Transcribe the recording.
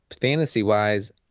Fantasy-wise